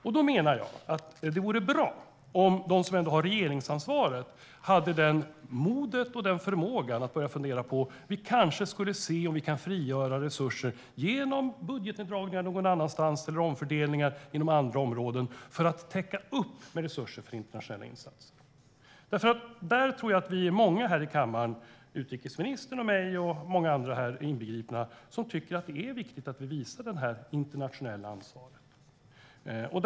Jag menar att det vore bra om de som har regeringsansvaret hade modet och förmågan att börja fundera på om de kan frigöra resurser genom budgetneddragningar någon annanstans eller omfördelningar inom andra områden för att täcka upp med resurser för internationella insatser. Jag tror att vi är många här i kammaren - utrikesministern, jag själv och många andra inräknade - som tycker att det är viktigt att vi visar det här internationella ansvaret.